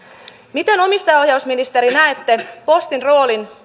miten omistajaohjausministeri näette postin roolin